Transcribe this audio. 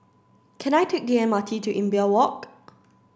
can I take the M R T to Imbiah Walk